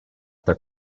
their